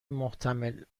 محتمل